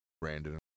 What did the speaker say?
Brandon